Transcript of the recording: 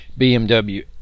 BMW